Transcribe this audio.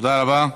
תודה רבה.